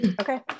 okay